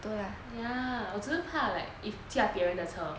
ya 我只是怕 like if 驾别人的车